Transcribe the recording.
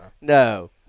No